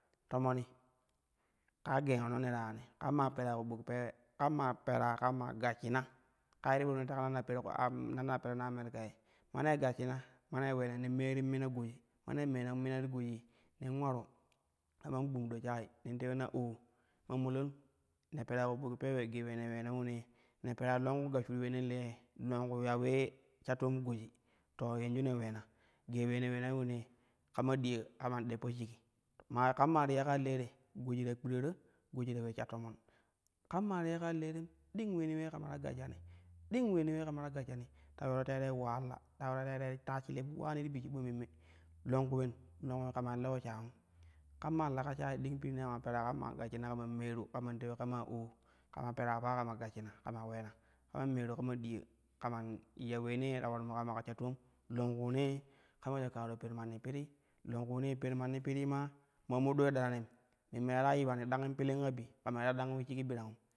Tomoni kaa gengono ne ta yani ƙam maa pera ku ɓuk peewe, kam maa pera kam maa gashshina, kaa ye ɓone teka “na-perku-am-na ne” ta pere no america ye mane gashshina ma nee uleena nen meeni min goji mane meenan mina ti gojii ne ularu kaman gbumɗo shayi nene teuli na oo mamolon ne pera ku bu peewe gee ulee ne uleena ulonei, ne perai longku gashsho uleenan lee longku ya ule sha foom goji to yanʒu ne uleena, gee ulee ne uleenrai ulonei kama ɗiya ƙaman deppo shigi ma kama maa ti ya ƙaa le te goji ta kpiraro goji ta ule sha tomon, kam maa ti ya ƙa̱a le tem ɗing ulani uleenee kama ta gashshani, ding uloni uleenee kama ta shashsharu to yoro terei wahala ta yoro terei yaa shilin ulani ti bi shiba memme longku ulen longku ƙamai lewo shyum ƙam maa leka shayi ding pinne kama pera kam maa gashshina kaman meeru kaman tewi kamaa oo kama peen pn kama gashshina kama uleena kama meru kama diya kaman ya uleenee ta ularumu kama ka sha toom lungkuune kama ulejo ƙaaro per manni piri, longkuunee per manni pirii maa ma mo ɗoi ɗaraniin memme tara yiwani dang in pilim ka bi kamai ta ɗang ule shigi birangum.